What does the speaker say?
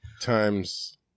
Times